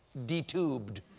de-tubed.